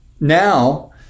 now